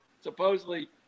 supposedly